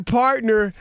partner